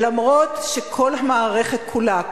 ואף שכל המערכת כולה,